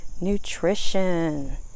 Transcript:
nutrition